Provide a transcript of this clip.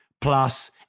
plus